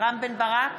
רם בן ברק,